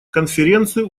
конференцию